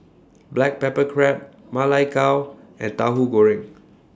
Black Pepper Crab Ma Lai Gao and Tauhu Goreng